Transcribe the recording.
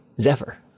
Zephyr